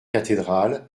cathédrale